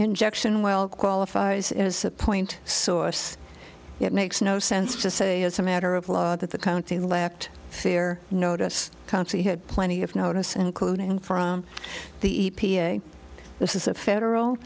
injection while qualifies as a point source it makes no sense to say as a matter of law that the county lacked fair notice concert had plenty of notice including from the e p a this is a federal